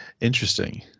Interesting